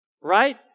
right